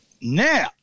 now